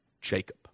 Jacob